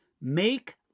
make